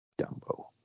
Dumbo